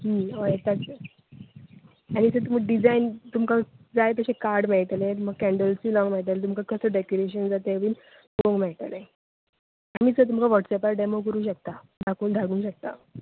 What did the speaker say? हय ताचें आनी सर तुमी डिझायन तुमकां जाय तशें कार्ड मेळटलें कॅन्डल्सूय लावंक मेळटलें तुमकां कशें डॅकोरेशन जाय तें बीन करूंक मेळटलें आमी सर तुमकां वॉट्सऍपार डॅमो करूंक शकता दाखोवन धाडूंक शकता